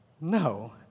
No